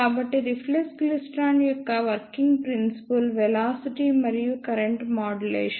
కాబట్టి reflex klystron యొక్క working principle velocity మరియు కరెంట్ మాడ్యులేషన్